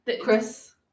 Chris